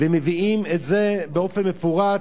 ומביאים את זה באופן מפורט,